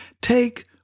take